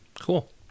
Cool